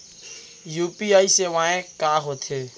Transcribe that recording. UPI सेवाएं का होथे